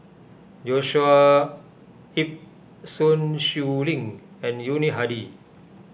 Joshua Ip Sun Xueling and Yuni Hadi